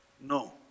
No